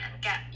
get